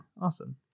awesome